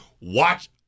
watch